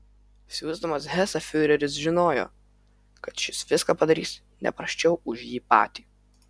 siųsdamas hesą fiureris žinojo kad šis viską padarys ne prasčiau už jį patį